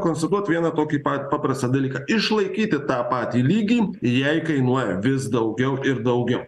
konstatuot vieną tokį pa paprastą dalyką išlaikyti tą patį lygį jai kainuoja vis daugiau ir daugiau